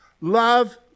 Love